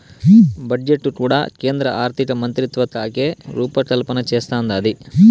budget కూడా కేంద్ర ఆర్థికమంత్రిత్వకాకే రూపకల్పన చేస్తందాది